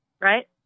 right